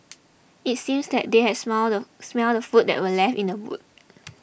it seems that they had smell the smelt the food that were left in the boot